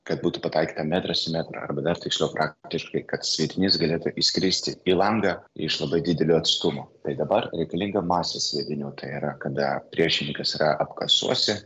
kad būtų pataikyta metras į metrą arba dar tiksliau praktiškai kad sviedinys galėtų įskristi į langą iš labai didelio atstumo tai dabar reikalinga masė sviedinių tai yra kada priešininkas yra apkasuose